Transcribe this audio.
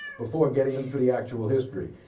before getting into the actual history.